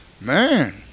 Man